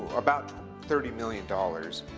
about thirty million dollars